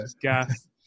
Gas